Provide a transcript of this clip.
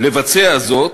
לבצע זאת,